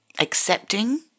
accepting